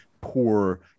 poor